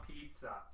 pizza